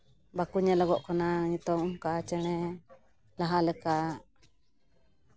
ᱵᱟᱠᱚ ᱧᱮᱞᱚᱜᱚᱜ ᱠᱟᱱᱟ ᱱᱤᱛᱚᱝ ᱚᱱᱠᱟ ᱪᱮᱬᱮ ᱞᱟᱦᱟ ᱞᱮᱠᱟ